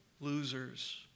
losers